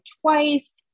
twice